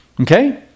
Okay